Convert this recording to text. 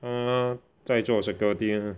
他在做 security ah